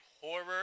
horror